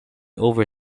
over